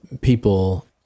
people